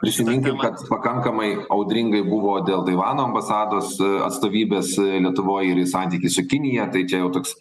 prisiminkim kad pakankamai audringai buvo dėl taivano ambasados atstovybės lietuvoj ir į santykį su kinija tai tia jau toks